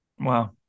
Wow